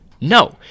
No